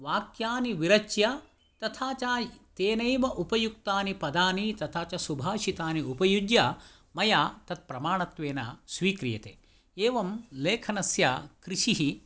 वाक्यानि विरच्य तथा च तेनैव उपयुक्तानि पदानि तथा च सुभाषितानि उपयुज्य मया तत् प्रमाणत्वेन स्वीक्रियते एवं लेखनस्य कृषिः भवति